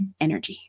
energy